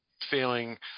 feeling